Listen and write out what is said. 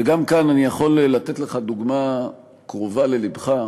וגם כאן אני יכול לתת לך דוגמה קרובה ללבך: